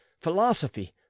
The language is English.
philosophy